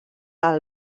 del